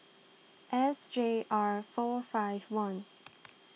S J R four five one